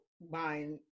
buying